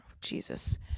Jesus